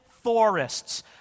forests